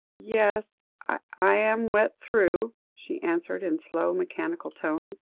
yes, i'm wet through, she answered in slow, mechanical tones.